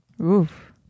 Oof